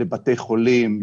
לבתי חולים,